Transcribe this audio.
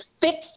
Fix